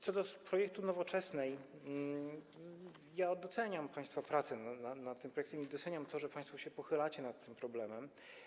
Co do projektu Nowoczesnej, to doceniam państwa pracę nad tym projektem i doceniam to, że państwo się pochylacie nad tym problemem.